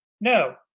no